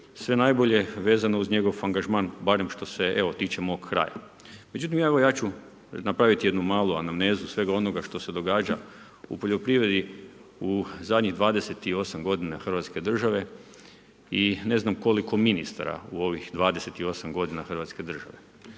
sve najbolje vezano uz njegov angažman barem što se tiče mog kraja. Međutim, ja ću napraviti jednu malu anamnezu svega onoga što se događa u poljoprivredi u zadnjih 28 godina hrvatske države i ne znam koliko ministara u ovih 28 godina. Bilo je